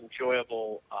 enjoyable